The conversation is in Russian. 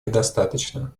недостаточно